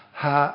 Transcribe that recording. ha